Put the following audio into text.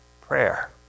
prayer